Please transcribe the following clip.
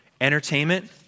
entertainment